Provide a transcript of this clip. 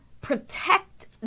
protect